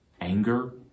anger